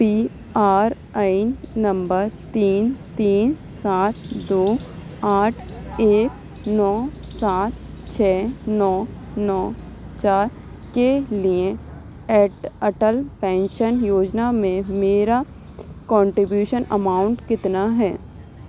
پی R N نمبر تین تین سات دو آٹھ ایک نو سات چھ نو نو چار کے لیے اٹل پینشن یوجنا میں میرا کانٹری بیوشن اماؤنٹ کتنا ہے